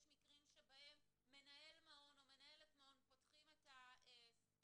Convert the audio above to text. מקרים שבהם מנהל מעון או מנהלת מעון פותחים את ההקלטה,